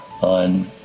on